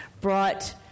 brought